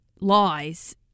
lies